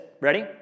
ready